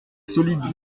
solide